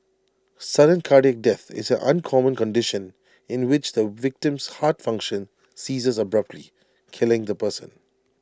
sudden cardiac death is an uncommon condition in which the victim's heart function ceases abruptly killing the person